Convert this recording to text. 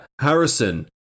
Harrison